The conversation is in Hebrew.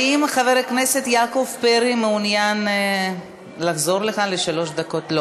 האם חבר הכנסת יעקב פרי מעוניין לחזור לכאן לשלוש דקות?